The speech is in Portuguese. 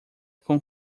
com